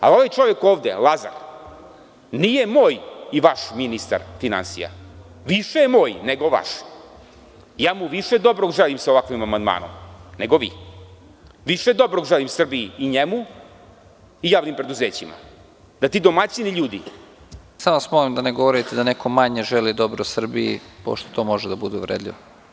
A ovaj čovek ovde, Lazar, nije moj i vaš ministar finansija, više je moj nego vaš, ja mu više dobrog želim sa ovakvim amandmanom nego vi, više dobrog želim Srbiji i njemu i javnim preduzećima… (Predsednik: Samo vas molim da ne govorite da neko manje želi dobro Srbiji, pošto to može da bude uvredljivo.